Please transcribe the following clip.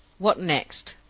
what next?